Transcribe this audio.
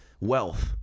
wealth